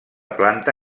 planta